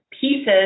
pieces